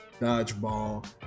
dodgeball